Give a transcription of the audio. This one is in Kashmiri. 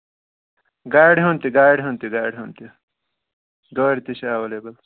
گاڑِ ہُنٛد تہِ گاڑِ ہُنٛد تہِ گاڑِ ہُنٛد تہِ گٲڑۍ تہِ چھِ اٮ۪ویلیبٕل